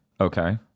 Okay